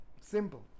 Simple